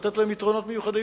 לתת להם יתרונות מיוחדים.